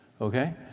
Okay